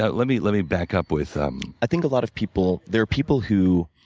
ah let me let me back up with um i think a lot of people there are people who